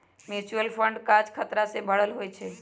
mutual fund काज़ खतरा से भरल होइ छइ